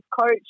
Coach